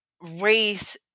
race